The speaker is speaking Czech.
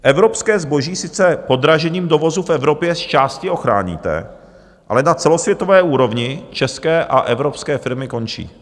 Evropské zboží sice podražením dovozu v Evropě zčásti ochráníte, ale na celosvětové úrovni české a evropské firmy končí.